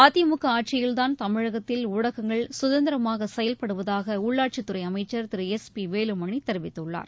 அதிமுக ஆட்சியில்தான் தமிழகத்தில் ஊடகங்கள் சுதந்திரமாக செயல்படுவதாக உள்ளாட்சித்துறை அமைச்சர் திரு எஸ் பி வேலுமணி தெரிவித்துள்ளார்